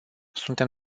suntem